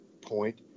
point